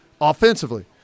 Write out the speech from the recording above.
offensively